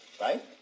Right